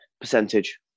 percentage